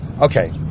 okay